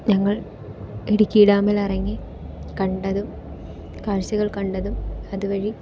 ഞങ്ങൾ ഇടുക്കി ഡാമിൽ ഇറങ്ങി കണ്ടതും കാഴ്ചകൾ കണ്ടതും അതുവഴി